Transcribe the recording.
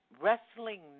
wrestling